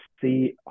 see